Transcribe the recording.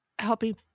helping